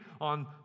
on